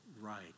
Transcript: right